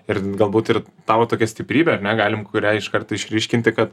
ir galbūt ir tau tokia stiprybė ar ne galim kurią iš karto išryškinti kad